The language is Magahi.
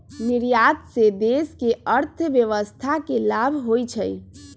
निर्यात से देश के अर्थव्यवस्था के लाभ होइ छइ